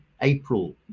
April